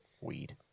weed